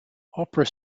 opera